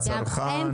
הצרכן?